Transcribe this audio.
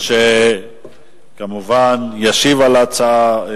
שכמובן ישיב על ההצעה.